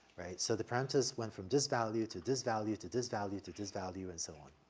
right? so the parameters went from this value to this value to this value to this value and so on.